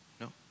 No